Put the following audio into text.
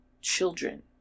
children